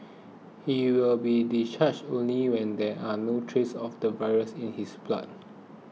he will be discharged only when there are no traces of the virus in his blood